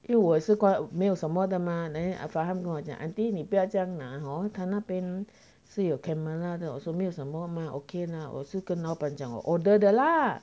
因为我也是挂没有什么的吗 then farham 跟我讲 auntie 你不要这样拿 hor 他那边是有 camera 的没有什么吗 okay mah 我是更老板讲我 order 的啦